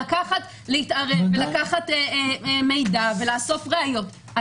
לקחת מידע ולאסוף ראיות.